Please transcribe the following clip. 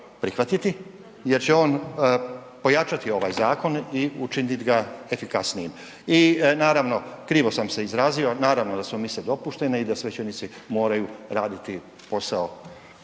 prihvatiti jer će on pojačati ovaj zakon i učiniti ga efikasnijim. I naravno krivo sam se izrazio, naravno da su mise dopuštene i da svećenici moraju radit posao